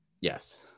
Yes